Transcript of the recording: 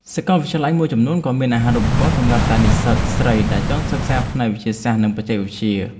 សាកលវិទ្យាល័យមួយចំនួនក៏មានអាហារូបករណ៍សម្រាប់តែនិស្សិតស្រីដែលចង់សិក្សាផ្នែកវិទ្យាសាស្ត្រនិងបច្ចេកវិទ្យា។